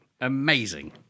Amazing